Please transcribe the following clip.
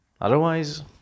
Otherwise